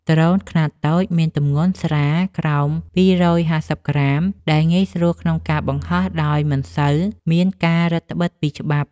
ដ្រូនខ្នាតតូច មានទម្ងន់ស្រាលក្រោម ២៥០ក្រាម ដែលងាយស្រួលក្នុងការបង្ហោះដោយមិនសូវមានការរឹតត្បិតពីច្បាប់។